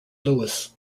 lewis